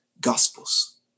gospels